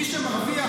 מי שמרוויח